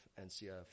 NCF